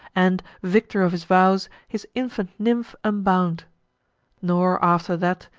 and, victor of his vows, his infant nymph unbound nor, after that,